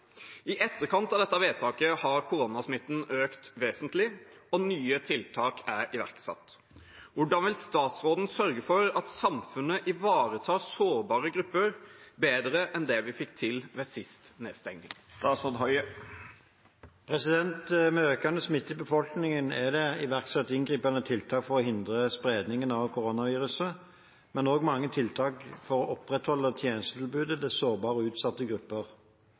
I etterkant av dette vedtaket har koronasmitten økt vesentlig, og nye tiltak er iverksatt. Hvordan vil statsråden sørge for at samfunnet ivaretar sårbare grupper bedre enn det vi fikk til ved sist nedstenging?» Med økende smitte i befolkningen er det iverksatt inngripende tiltak for å hindre spredningen av koronaviruset, men også mange tiltak for å opprettholde tjenestetilbudet til sårbare og utsatte grupper.